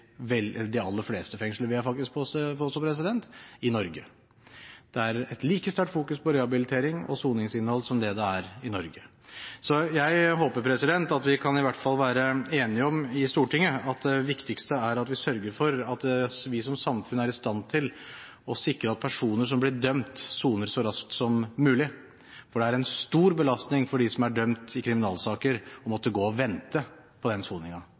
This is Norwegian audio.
aller fleste fengsler i Norge, vil jeg faktisk påstå. Det legges like sterk vekt på rehabilitering og soningsforhold som i Norge. Jeg håper at vi i Stortinget i hvert fall kan være enige om at det viktigste er at vi sørger for at vi som samfunn er i stand til å sikre at personer som blir dømt, soner så raskt som mulig, for det er en stor belastning for dem som er dømt i kriminalsaker, å måtte gå og vente på